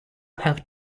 have